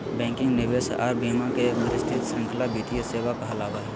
banking, निवेश आर बीमा के एक विस्तृत श्रृंखला वित्तीय सेवा कहलावय हय